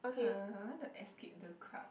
uh I want to escape the crowds